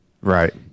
right